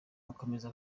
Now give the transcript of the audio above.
akomeza